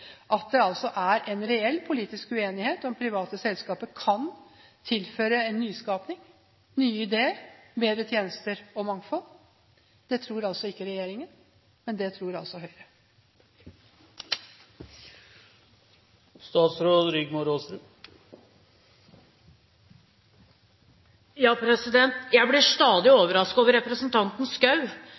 at det er reell politisk uenighet om hvorvidt private selskaper kan tilføre nyskaping, nye ideer, bedre tjenester og mangfold. Det tror ikke regjeringen, men det tror Høyre. Jeg blir stadig overrasket over representanten